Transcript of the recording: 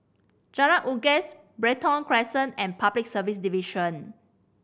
Jalan Unggas Brighton Crescent and Public Service Division